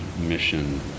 mission